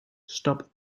stop